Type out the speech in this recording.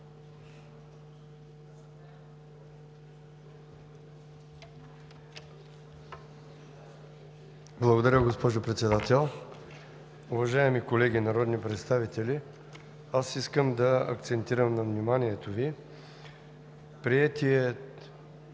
Благодаря, госпожо Председател. Уважаеми колеги народни представители, аз искам да акцентирам на вниманието Ви връзката